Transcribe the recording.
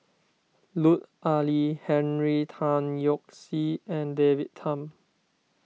Lut Ali Henry Tan Yoke See and David Tham